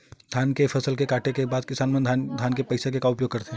धान के फसल ला काटे के बाद किसान मन धान के का उपयोग करथे?